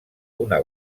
una